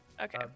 Okay